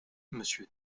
monsieur